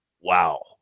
Wow